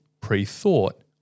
pre-thought